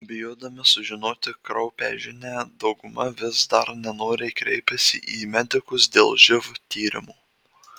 bijodami sužinoti kraupią žinią dauguma vis dar nenoriai kreipiasi į medikus dėl živ tyrimų